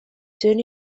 soon